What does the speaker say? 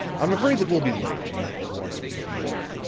i'm afraid that we'll be late, and that edouard will be annoyed.